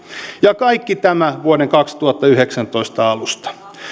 ja kaikki tämä vuoden kaksituhattayhdeksäntoista alusta